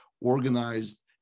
organized